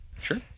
sure